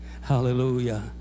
hallelujah